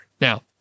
Now